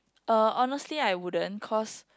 uh honestly I wouldn't cause